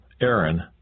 Aaron